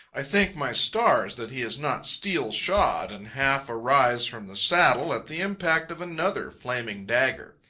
i thank my stars that he is not steel-shod, and half-arise from the saddle at the impact of another flaming dagger.